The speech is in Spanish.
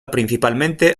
principalmente